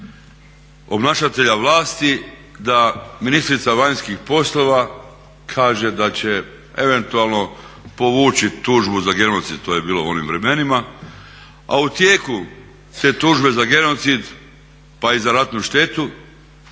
obnašatelja vlasti da ministrica vanjskih poslova kaže da će eventualno povući tužbu za genocid to je bilo u onim vremenima, a u tijeku te tužbe za genocid pa i za ratnu štetu